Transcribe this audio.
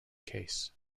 case